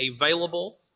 available